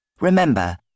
Remember